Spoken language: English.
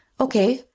okay